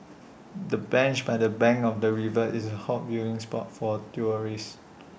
the bench by the bank of the river is A hot viewing spot for tourists